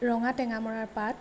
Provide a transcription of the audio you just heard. ৰঙা টেঙা মৰাৰ পাত